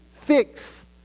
fix